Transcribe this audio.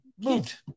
moved